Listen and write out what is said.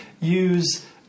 use